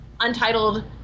Untitled